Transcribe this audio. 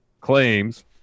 claims